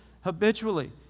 habitually